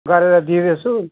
गरेर दिदैँछु